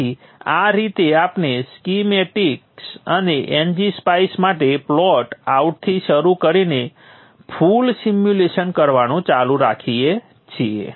તેથી આ રીતે આપણે સ્કીમેટિક્સ અને ng spice અને પ્લોટ આઉટથી શરૂ કરીને ફુલ સિમ્યુલેશન કરવાનું ચાલુ રાખીએ છીએ